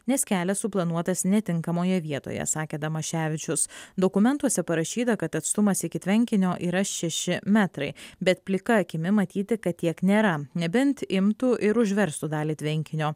nes kelias suplanuotas netinkamoje vietoje sakė damaševičius dokumentuose parašyta kad atstumas iki tvenkinio yra šeši metrai bet plika akimi matyti kad tiek nėra nebent imtų ir užverstų dalį tvenkinio